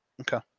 Okay